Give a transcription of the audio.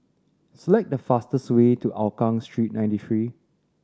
select the fastest way to Hougang Street Ninety Three